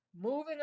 moving